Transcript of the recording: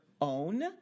own